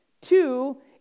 Two